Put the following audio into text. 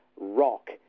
rock